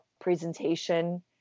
presentation